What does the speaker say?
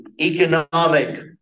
economic